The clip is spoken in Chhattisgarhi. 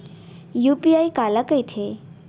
यू.पी.आई काला कहिथे?